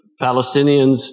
Palestinians